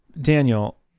daniel